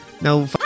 No